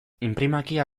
inprimakia